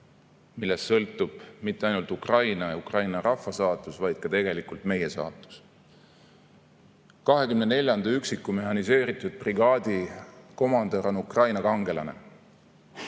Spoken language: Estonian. millest sõltub mitte ainult Ukraina ja Ukraina rahva saatus, vaid ka meie saatus. 24. üksiku mehhaniseeritud brigaadi komandör on Ukraina kangelane,